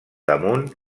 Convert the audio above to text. damunt